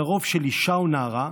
לרוב של אישה או נערה,